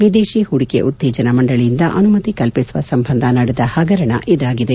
ವಿದೇಶಿ ಹೂಡಿಕೆ ಉತ್ತೇಜನ ಮಂಡಳಿಯಿಂದ ಅನುಮತಿ ಕಲ್ಪಿಸುವ ಸಂಬಂಧ ನಡೆದ ಹಗರಣ ಇದಾಗಿದೆ